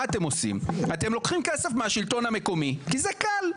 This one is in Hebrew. אתם לוקחים כסף מהשלטון המקומי כי זה קל.